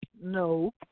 No